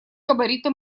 габариты